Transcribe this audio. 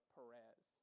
Perez